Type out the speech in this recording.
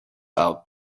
out